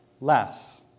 less